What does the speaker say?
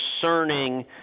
concerning